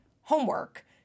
homework